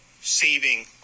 saving